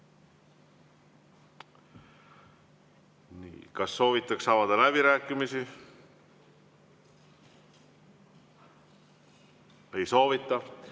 Kas soovitakse avada läbirääkimisi? Ei soovita.